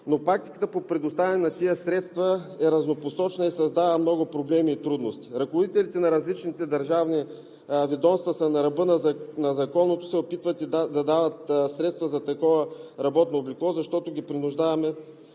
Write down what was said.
Но практиката по предоставяне на тези средства е разнопосочна и създава много проблеми и трудности. Ръководителите на различните държавни ведомства са на ръба на закона, като се опитват да дават средства за такова работно облекло, защото ги принуждаваме